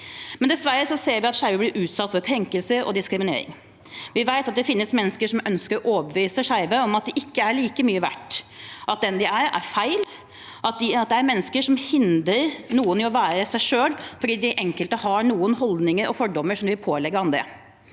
Dessverre ser vi at skeive blir utsatt for krenkelser og diskriminering. Vi vet at det finnes mennesker som ønsker å overbevise skeive om at de ikke er like mye verdt, at den de er, er feil, at det finnes mennesker som hindrer noen i å være seg selv, fordi enkelte har noen holdninger og fordommer som de pålegger andre.